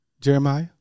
Jeremiah